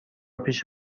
پیش